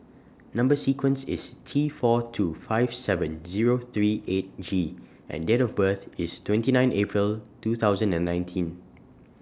Number sequence IS T four two five seven Zero three eight G and Date of birth IS twenty nine April two thousand and nineteen